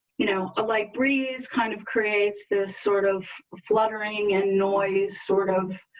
you know, a light breeze kind of creates this sort of fluttering and noise sort of